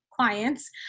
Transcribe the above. clients